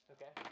Okay